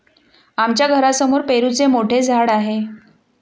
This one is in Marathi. आमच्या घरासमोर पेरूचे मोठे झाड आहे